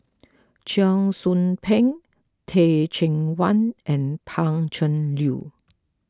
Cheong Soo Pieng Teh Cheang Wan and Pan Cheng Lui